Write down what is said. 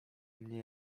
mnie